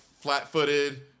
flat-footed